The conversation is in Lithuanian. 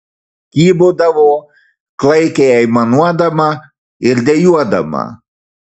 kybodavo klaikiai aimanuodama ir dejuodama